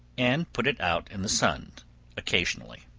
and put it out in the sun occasionally.